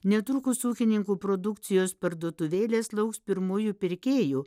netrukus ūkininkų produkcijos parduotuvėlės lauks pirmųjų pirkėjų